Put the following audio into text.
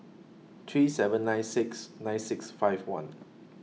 three seven nine six nine six five one